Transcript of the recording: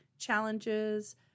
challenges